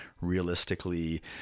realistically